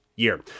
year